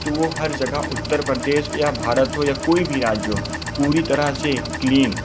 तो वह हर जगह उत्तर प्रदेश या भारत हो या कोई भी राज्य हो पूरी तरह से क्लीन